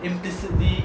implicitly